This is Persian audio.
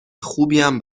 خوبیم